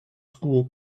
school